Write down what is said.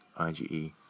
IgE